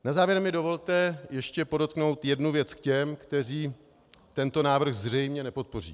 Na závěr mi dovolte ještě podotknout jednu věc k těm, kteří tento návrh zřejmě nepodpoří.